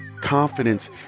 confidence